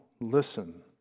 listen